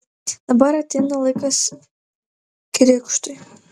dabar ateina laikas krikštui